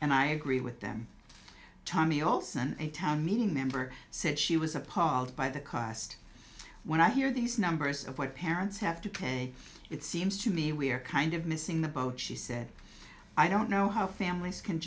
and i agree with them tommie ohlsen a town meeting member said she was appalled by the cost when i hear these numbers of what parents have to pay it seems to me we're kind of missing the boat she said i don't know how families can